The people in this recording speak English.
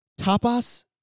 Tapas